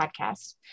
podcast